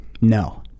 No